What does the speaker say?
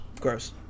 Gross